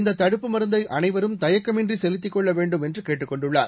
இந்ததடுப்பு மருந்தைஅனைவரும் தயக்கமின்றிசெலுத்திக் கொள்ளவேண்டும் என்றுகேட்டுக் கொண்டுள்ளார்